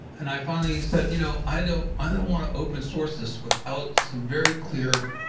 and i finally said, you know i don't i don't want to open source this without some very clear